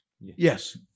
Yes